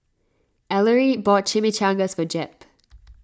Ellery bought Chimichangas for Jep